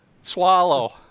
Swallow